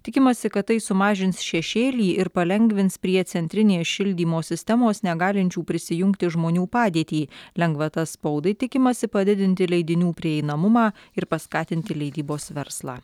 tikimasi kad tai sumažins šešėlį ir palengvins prie centrinės šildymo sistemos negalinčių prisijungti žmonių padėtį lengvata spaudai tikimasi padidinti leidinių prieinamumą ir paskatinti leidybos verslą